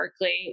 Berkeley